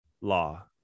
law